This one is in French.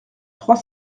trois